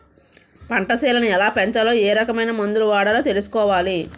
పంటసేలని ఎలాపెంచాలో ఏరకమైన మందులు వాడాలో తెలుసుకోవాలి